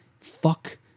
Fuck